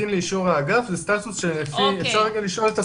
פותחים באופן מיוחד ופותחים מסגרות בקפסולות